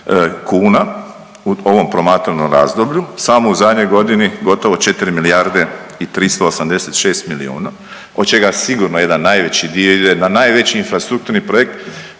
kuna u ovom promatranom razdoblju. Samo u zadnjoj godini gotovo 4 milijarde i 386 milijuna od čega sigurno jedan najveći dio ide na najveći infrastrukturni projekt